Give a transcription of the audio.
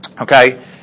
Okay